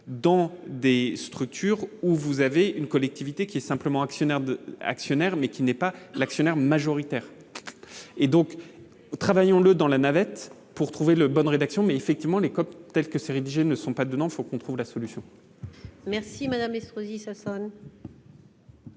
dans des structures où vous avez une collectivité qui est simplement actionnaire de l'actionnaire, mais qui n'est pas l'actionnaire majoritaire et donc travaillons le dans la navette pour trouver le bonne rédaction mais effectivement les comme tels que ces rédigé ne sont pas de nom, il faut qu'on trouve la solution. Merci madame Estrosi Sassone.